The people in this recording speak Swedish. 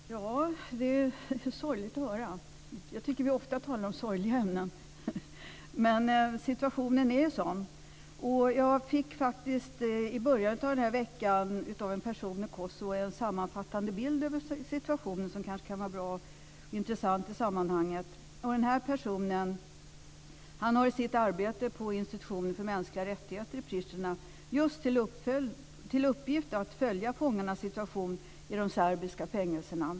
Fru talman! Det är sorgligt att höra. Jag tycker att vi ofta talar om sorgliga ämnen, men situationen är ju sådan. Jag fick faktiskt i början av denna vecka av en person i Kosovo en sammanfattande bild över situationen som kanske kan vara bra och intressant i sammanhanget. Denna person har i sitt arbete på institutionen för mänskliga rättigheter i Pristina just till uppgift att följa fångarnas situation i de serbiska fängelserna.